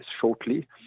shortly